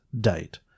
date